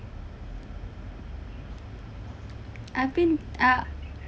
I've been I